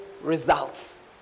results